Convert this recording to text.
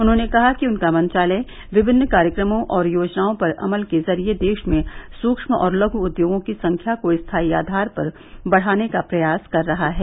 उन्होंने कहा कि उनका मंत्रालय विभिन्न कार्यक्रमों और योजनाओं पर अमल के जरिए देश में सूक्ष्म और लघ् उद्योगों की संख्या को स्थाई आधार पर बढ़ाने का प्रयास कर रहा है